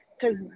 Cause